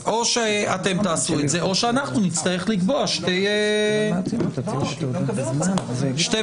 שאנחנו חושבים שנכון לחוקק אותן כבר עתה לבחירות